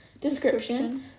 description